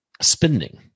spending